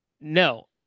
no